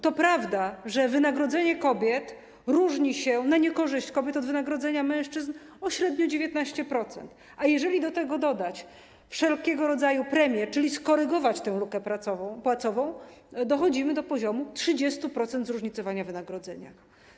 To prawda, że wynagrodzenie kobiet różni się na niekorzyść kobiet od wynagrodzenia mężczyzn o średnio 19%, a jeżeli do tego dodać wszelkiego rodzaju premie, czyli skorygować tę lukę płacową, dochodzimy do poziomu 30% zróżnicowania wynagrodzenia.